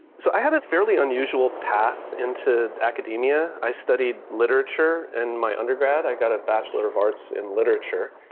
so i have a fairly unusual path into academia. i studied literature in my undergrad. i got a bachelor of arts in literature.